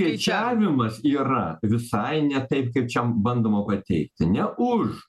skaičiavimas yra visai ne taip kaip čia bandoma pateikti ne už